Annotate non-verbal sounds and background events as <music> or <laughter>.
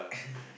<laughs>